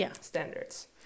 standards